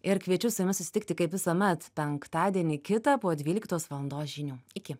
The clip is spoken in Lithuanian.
ir kviečiu su jumis susitikti kaip visuomet penktadienį kitą po dvyliktos valandos žinių iki